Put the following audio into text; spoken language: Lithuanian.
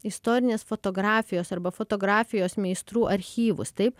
istorinės fotografijos arba fotografijos meistrų archyvus taip